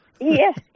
Yes